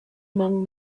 among